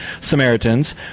Samaritans